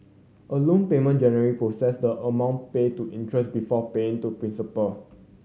a loan payment generally process the amount paid to interest before paying to principal